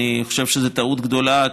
אני חושב שזאת טעות גדולה,